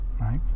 right